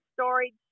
storage